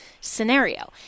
scenario